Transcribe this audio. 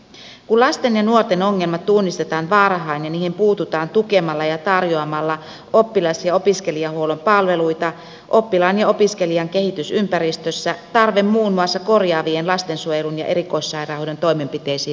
kun lasten ja nuorten ongelmat tunnistetaan varhain ja niihin puututaan tukemalla ja tarjoamalla oppilas ja opiskelijahuollon palveluita oppilaan ja opiskelijan kehitysympäristössä tarve muun muassa korjaaviin lastensuojelun ja erikoissairaanhoidon toimenpiteisiin vähenee